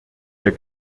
der